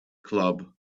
club